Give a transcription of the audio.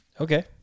Okay